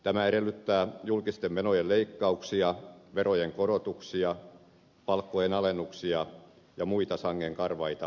tämä edellyttää julkisten menojen leikkauksia verojen korotuksia palkkojen alennuksia ja muita sangen karvaita lääkkeitä